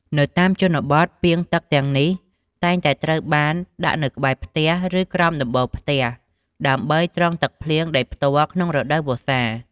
នៅតាមជនបទ ពាងទឹកទាំងនេះតែងតែត្រូវបានដាក់នៅក្បែរផ្ទះ ឬក្រោមដំបូលផ្ទះ ដើម្បីត្រងទឹកភ្លៀងដោយផ្ទាល់ក្នុងរដូវវស្សា។